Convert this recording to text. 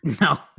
No